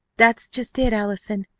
that's just it, allison,